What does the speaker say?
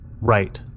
Right